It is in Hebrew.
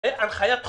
זו הנחיית חובה.